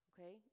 Okay